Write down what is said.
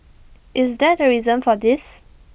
is that A reason for this